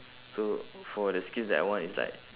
so for the skills that I want is like